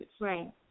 Right